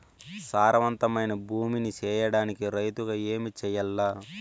సారవంతమైన భూమి నీ సేయడానికి రైతుగా ఏమి చెయల్ల?